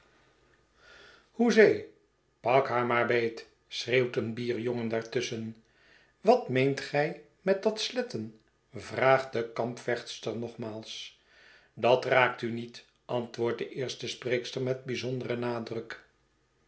hoezee pak haar maar beet schreeuwt een bierjongen daartusschen wat meent gij met dat sletten vraagt de kampvechtster nogmaals u dat raakt u niet antwoordt de eerste spreekster met byzonderen nadruk